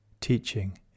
Teaching